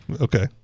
Okay